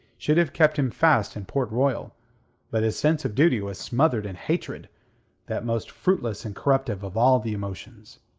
should have kept him fast in port royal but his sense of duty was smothered in hatred that most fruitless and corruptive of all the emotions.